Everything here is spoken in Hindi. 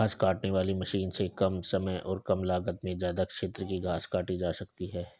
घास काटने वाली मशीन से कम समय और कम लागत में ज्यदा क्षेत्र की घास काटी जा सकती है